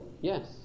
Yes